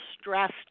stressed